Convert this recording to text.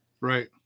right